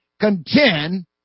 contend